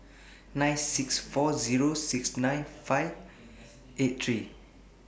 nine six four Zero six nine Zero five eight three